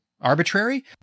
arbitrary